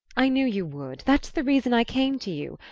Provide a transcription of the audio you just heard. i knew you would that's the reason i came to you.